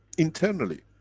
internally